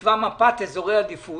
ונקבע מפת אזורי עדיפות